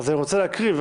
אני רוצה להקריא.